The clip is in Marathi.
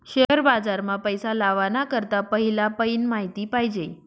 शेअर बाजार मा पैसा लावाना करता पहिला पयीन माहिती पायजे